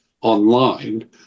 online